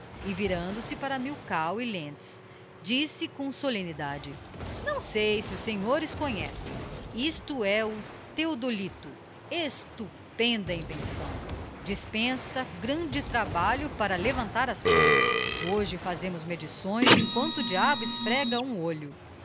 e virando-se para milkau e lentz disse com solemnidade não sei si os senhores conhecem isto é o theodolito estupenda invenção dispensa grande trabalho para levantar as plantas hoje fazemos medições emquanto o diabo esfrega um olho